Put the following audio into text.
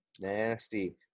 Nasty